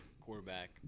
quarterback